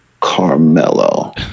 Carmelo